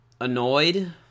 annoyed